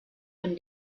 von